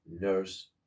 nurse